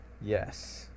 yes